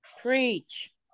Preach